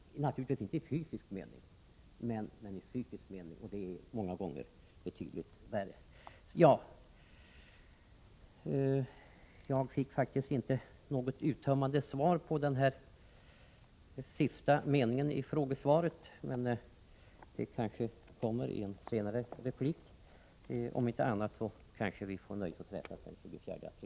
Det är naturligtvis inte fråga om trakasserier i fysisk mening men i psykisk, och det är många gånger betydligt värre. Jag fick inte något uttömmande svar på min fråga om den sista meningen i svaret — det kanske kommer i en senare replik. Om inte annat kanske vi får nöjet att träffas här den 24 april?